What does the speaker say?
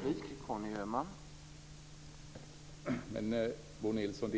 Herr talman! Men, Bo Nilsson,